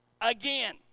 Again